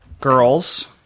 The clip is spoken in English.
Girls